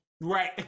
right